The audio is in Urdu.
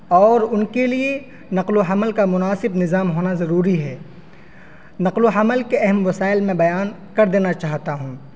اور ان کے لیے نقل و حمل کا مناسب نظام ہونا ضروری ہے نقل و حمل کے اہم وسائل میں بیان کر دینا چاہتا ہوں